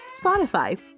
Spotify